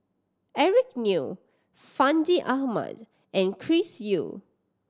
Eric Neo Fandi Ahmad and Chris Yeo